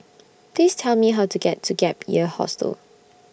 Please Tell Me How to get to Gap Year Hostel